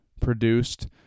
produced